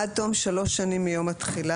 עד תום שלוש שנים מיום התחילה,